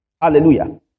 Hallelujah